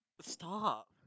Stop